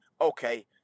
okay